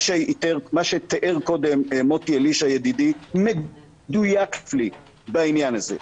מה שתיאר קודם מוטי אלישע ידידי מדויק להפליא בעניין הזה,